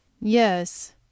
Yes